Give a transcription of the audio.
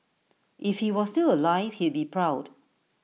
if he was still alive he'd be proud